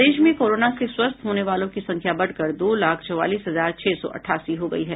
प्रदेश में कोरोना से स्वस्थ होने वालों की संख्या बढ़कर दो लाख चौवालीस हजार छह सौ अठासी हो गयी है